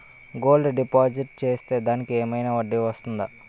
Gold deposit చేస్తే దానికి ఏమైనా వడ్డీ వస్తుందా?